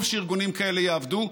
טוב שארגונים כאלה יעבדו,